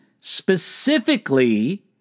specifically